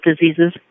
diseases